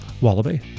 wallaby